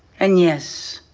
and yes,